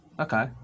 okay